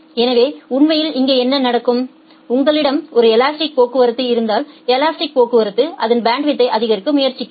எனவே உண்மையில் இங்கே என்ன நடக்கும் உங்களிடம் ஒரு எலாஸ்டிக் போக்குவரத்து இருந்தால் எலாஸ்டிக்போக்குவரத்து அதன் பேண்ட்வித்யை அதிகரிக்க முயற்சிக்கும்